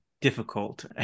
difficult